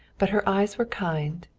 but her eyes were kind,